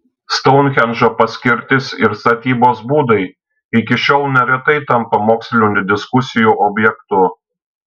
stounhendžo paskirtis ir statybos būdai iki šiol neretai tampa mokslinių diskusijų objektu